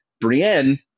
Brienne